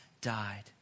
died